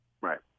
Right